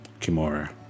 Kimura